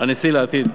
הנשיא לעתיד,